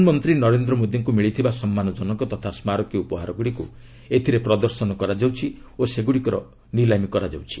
ପ୍ରଧାନମନ୍ତ୍ରୀ ନରେନ୍ଦ୍ର ମୋଦିଙ୍କୁ ମିଳିଥିବା ସମ୍ମାନଜନକ ତଥା ସ୍କାରକୀ ଉପହାରଗୁଡ଼ିକୁ ଏଥିରେ ପ୍ରଦର୍ଶନ କରାଯାଉଛି ଓ ସେଗୁଡ଼ିକର ନିଲାମୀ କରାଯାଉଛି